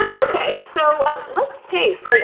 okay, so let's taste. like